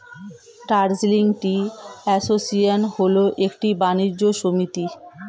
Darjeeling tea association হল একটি বাণিজ্য সমিতি